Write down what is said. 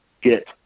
get